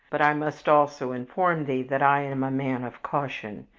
but i must also inform thee that i am a man of caution,